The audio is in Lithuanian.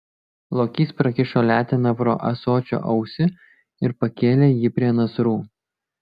lokys prakišo leteną pro ąsočio ausį ir pakėlė jį prie nasrų